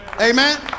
Amen